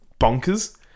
bonkers